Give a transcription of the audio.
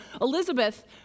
Elizabeth